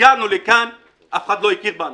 הגענו לכאן ואף אחד לא הכיר בנו,